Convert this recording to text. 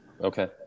Okay